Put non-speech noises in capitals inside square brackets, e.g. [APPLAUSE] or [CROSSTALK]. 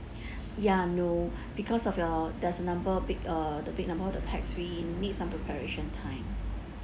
[BREATH] ya no because of your that's a number big uh the big number of the pax we need some preparation time